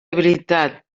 habilitat